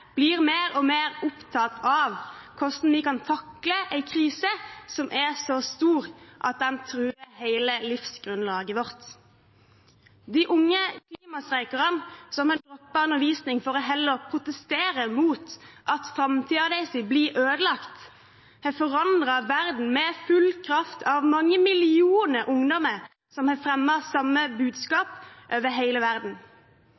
blir mer og mer opptatt av hvordan vi kan takle en krise som er så stor at den truer hele livsgrunnlaget vårt. De unge klimastreikerne som har droppet undervisning for heller å protestere mot at framtiden deres blir ødelagt, har forandret verden med full kraft. Mange millioner ungdommer har fremmet samme budskap over hele verden.